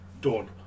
Dawn